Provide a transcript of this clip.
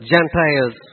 Gentiles